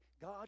God